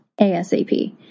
ASAP